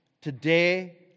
Today